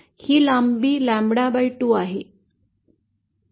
ही लांबी लँबडा 2 आहे